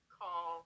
call